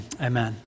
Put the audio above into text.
Amen